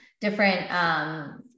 different